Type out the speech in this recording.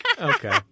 Okay